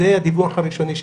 זה הדיווח הראשוני שלהם.